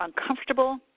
uncomfortable